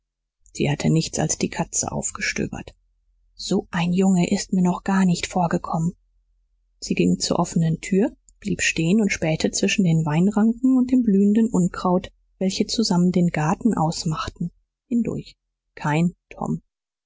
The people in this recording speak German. sie hatte nichts als die katze aufgestöbert so ein junge ist mir noch gar nicht vorgekommen sie ging zur offenen tür blieb stehen und spähte zwischen den weinranken und dem blühenden unkraut welche zusammen den garten ausmachten hindurch kein tom